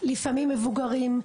לפעמים מבוגרים,